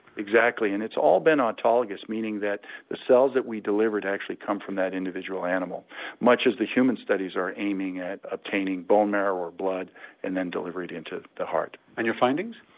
exactly and it's all been autologous, meaning that the cells that we delivered actually come from that individual animal much as the human studies are aiming at obtaining bone marrow or blood and then delivery into the heart. and your findings?